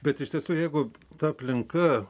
bet iš tiesų jeigu ta aplinka